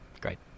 great